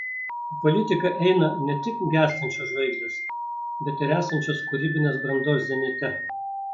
į politiką eina ne tik gęstančios žvaigždės bet ir esančios kūrybinės brandos zenite